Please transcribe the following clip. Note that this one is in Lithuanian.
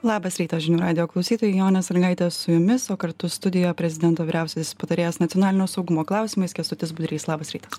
labas rytas žinių radijo klausytojai jonė sąlygaitė su jumis o kartu studijoje prezidento vyriausiasis patarėjas nacionalinio saugumo klausimais kęstutis budrys labas rytas